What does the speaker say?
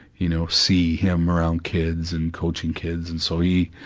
you know, see him around kids and coaching kids and so he,